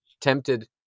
tempted